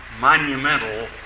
monumental